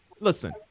Listen